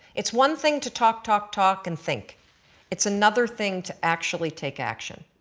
it's one thing to talk, talk, talk and think it's another thing to actually take action.